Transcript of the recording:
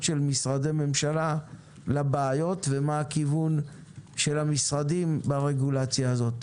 של משרדי ממשלה לבעיות ומה הכיוון של המשרדים ברגולציה הזאת.